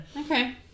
Okay